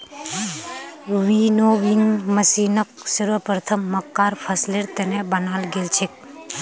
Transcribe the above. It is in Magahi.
विनोविंग मशीनक सर्वप्रथम मक्कार फसलेर त न बनाल गेल छेक